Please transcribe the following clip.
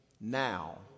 now